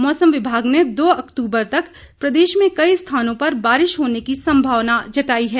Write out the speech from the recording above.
मौसम विभाग ने दो अक्तूबर तक प्रदेश में कई स्थानों पर बारिश होने की संभावना जताई है